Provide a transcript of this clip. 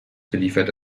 beliefert